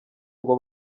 ngo